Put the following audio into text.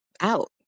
out